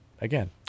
again